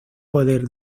poder